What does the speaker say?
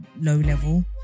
low-level